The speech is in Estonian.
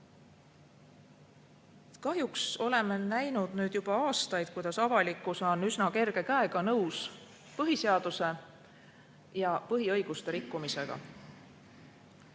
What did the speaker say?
Kahjuks oleme näinud juba aastaid, kuidas avalikkus on üsna kerge käega nõus põhiseaduse ja põhiõiguste rikkumisega.